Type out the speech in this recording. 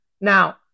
Now